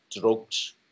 drugs